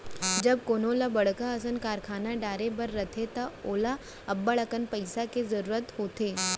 जब कोनो ल बड़का असन कारखाना डारे बर रहिथे त ओला अब्बड़कन पइसा के जरूरत होथे